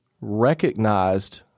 recognized